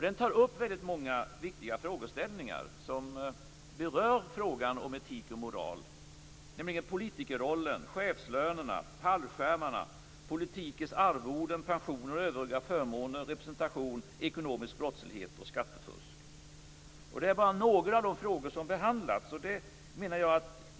Den tar upp många viktiga frågeställningar som berör frågan om etik och moral, nämligen politikerrollen, chefslönerna, fallskärmarna, politikers arvoden, pensioner och övriga förmåner, representation, ekonomisk brottslighet och skattefusk. Det är bara några av de frågor som har behandlats.